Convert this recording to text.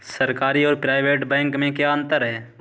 सरकारी और private bank में क्या अंतर है?